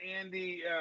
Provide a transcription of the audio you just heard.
Andy